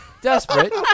Desperate